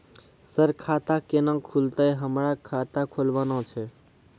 Sir खाता केना खुलतै, हमरा खाता खोलवाना छै?